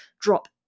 drop